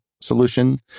solution